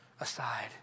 aside